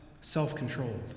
self-controlled